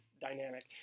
dynamic